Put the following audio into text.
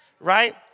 right